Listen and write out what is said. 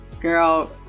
girl